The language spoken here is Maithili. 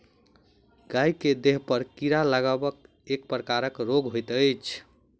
गाय के देहपर कीड़ा लागब एक प्रकारक रोग होइत छै